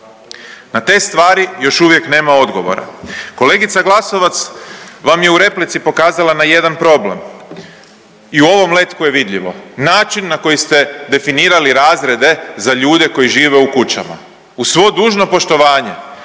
Na te stvari još uvijek nema odgovora. Kolegica Glasovac je u replici pokazala na jedan problem … vam i u ovom letku je vidljivo način na koji ste definirali razrede za ljude koji žive u kućama. Uz svo dužno poštovanje,